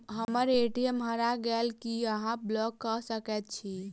हम्मर ए.टी.एम हरा गेल की अहाँ ब्लॉक कऽ सकैत छी?